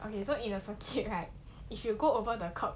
okay so in the circuit right if you go over the court